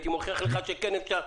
הייתי מוכיח לך שכן אפשר.